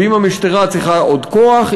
ואם המשטרה צריכה עוד כוח,